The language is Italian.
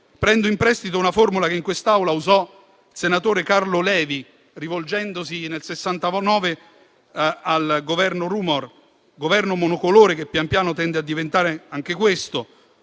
Prendo in prestito una formula che in quest'Aula usò il senatore Carlo Levi, rivolgendosi, nel 1969, al Governo Rumor, un Governo monocolore, come pian piano tende a diventare anche quello